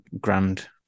grand